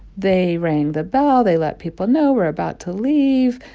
they rang the bell. they let people know, we're about to leave.